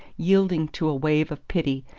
yielding to a wave of pity,